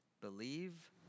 believe